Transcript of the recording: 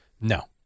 No